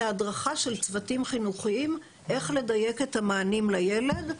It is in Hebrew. להדרכה של צוותים חינוכיים לגבי איך לדייק את המענים לילד.